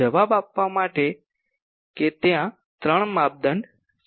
જવાબ આપવા માટે કે ત્યાં ત્રણ માપદંડ છે